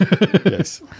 Yes